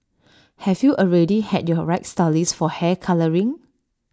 have you already had your right stylist for hair colouring